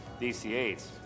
DC-8s